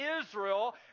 Israel